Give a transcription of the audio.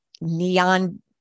neon